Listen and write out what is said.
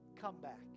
comeback